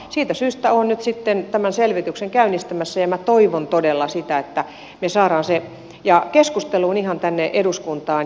siitä syystä olen nyt sitten tämän selvityksen käynnistämässä ja minä toivon todella sitä että me saamme sen keskusteluun ihan tänne eduskuntaan